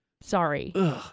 Sorry